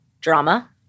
Drama